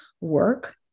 work